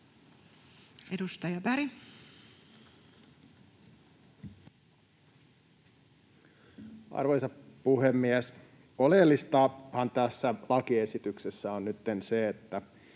Edustaja Berg. Arvoisa puhemies! Oleellistahan tässä lakiesityksessä on nytten se, että